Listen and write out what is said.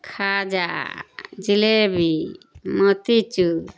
کھاجا جلیبی موتی چور